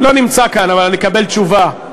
לא נמצא כאן, אבל נקבל תשובה,